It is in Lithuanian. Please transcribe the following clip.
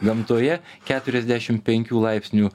gamtoje keturiasdešim penkių laipsnių